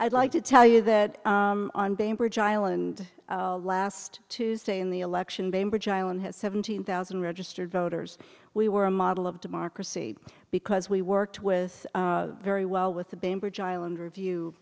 i'd like to tell you that on bainbridge island last tuesday in the election bainbridge island has seventeen thousand registered voters we were a model of democracy because we worked with very well with the banbridge island review